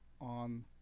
on